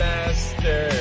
Master